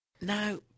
Now